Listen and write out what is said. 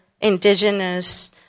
indigenous